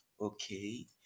Okay